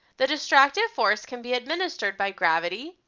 the distractive force can be administered by gravity,